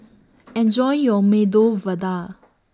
Enjoy your Medu Vada